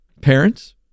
Parents